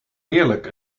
heerlijk